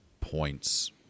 points